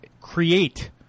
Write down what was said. create